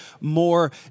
more